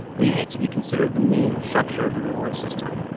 leading it to be considered the main structure of the reward system.